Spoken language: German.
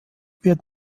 wird